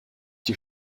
die